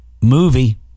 Movie